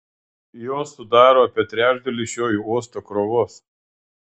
jos sudaro apie trečdalį šio uosto krovos